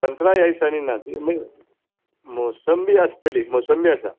सत्रां ह्या दिसांनी नात मोसंबी आसतली मोसंबी आसा